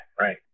Right